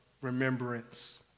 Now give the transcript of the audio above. remembrance